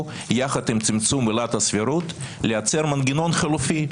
יחד עם צמצום עילת הסבירות לייצר מנגנון חלופי.